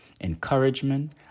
encouragement